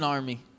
Army